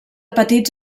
petits